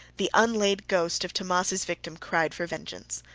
the unlaid ghost of tammas's victim cried for vengeance.